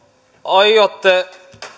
aiotte